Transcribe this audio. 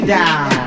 down